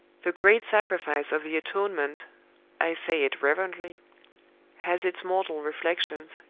the great sacrifice of the atonement i say it reverently has its mortal reflections,